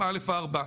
א.4.